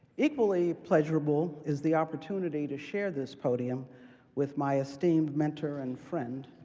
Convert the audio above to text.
equally pleasurable is the opportunity to share this podium with my esteemed mentor and friend,